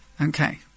Okay